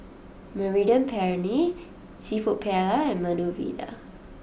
Mediterranean Penne Seafood Paella and Medu Vada